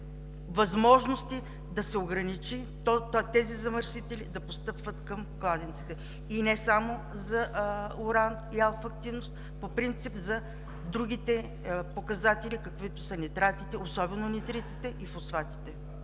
възможност да се ограничи тези замърсители да постъпват към кладенците. И не само за уран и алфа-активност, по принцип за другите показатели, каквито са нитратите, особено нитритите и фосфатите.